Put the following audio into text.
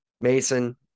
Mason